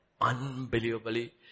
unbelievably